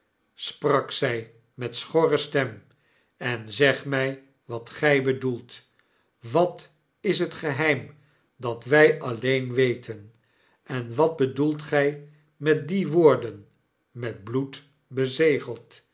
sprak zij met schorre stem en zeg my wat gy bedoelt wat is het geheim dat wy alleen weten en wat bedoelt gij met diewoorden met bloed bezegeld